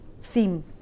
theme